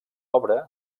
obra